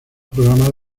programas